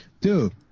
Dude